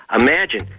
Imagine